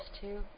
two